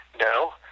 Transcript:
No